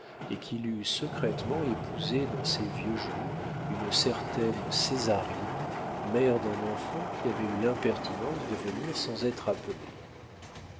et qu'il eût secrètement épousé dans ses vieux jours une certaine césarine mère d'un enfant qui avait eu l'impertinence de venir sans être appelé